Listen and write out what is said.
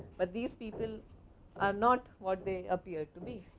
but these people are not what they appear to be.